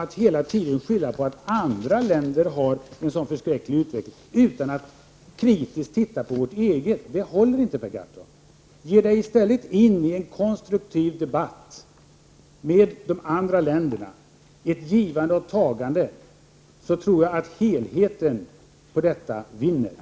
Att hela tiden hävda att andra länder har en så förskräcklig utveckling, utan att kritiskt titta på vårt eget, håller inte. Jag vill uppmana Per Gahrton att i stället ge sig in in en konstruktiv debatt med de andra länderna. Om det blir ett givande och tagande, tror jag att helheten vinner på detta.